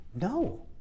No